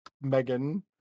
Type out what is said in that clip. Megan